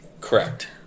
correct